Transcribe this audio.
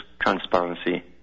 transparency